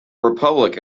republic